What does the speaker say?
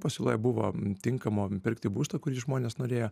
pasiūla buvo tinkamo pirkti būsto kurį žmonės norėjo